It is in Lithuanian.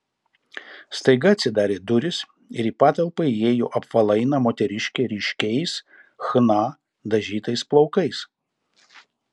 staiga atsidarė durys ir į patalpą įėjo apvalaina moteriškė ryškiais chna dažytais plaukais